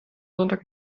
sonntag